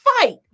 fight